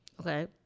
Okay